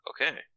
okay